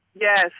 Yes